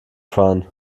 fahren